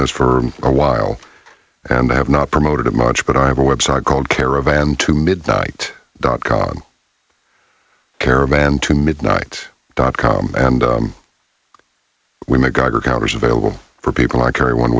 this for a while and have not promoted it much but i have a website called caravan to midnight dot com on caravan to midnight dot com and women geiger counters available for people i carry one